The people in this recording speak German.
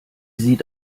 sieht